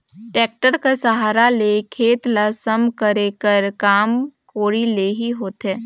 tractor कर सहारा ले खेत ल सम करे कर काम कोड़ी ले ही होथे